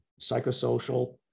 psychosocial